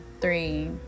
three